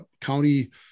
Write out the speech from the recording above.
county